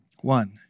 One